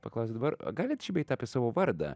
paklausiu dabar galit šį bei tą apie savo vardą